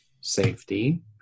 safety